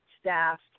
staff